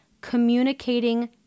Communicating